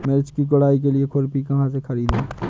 मिर्च की गुड़ाई के लिए खुरपी कहाँ से ख़रीदे?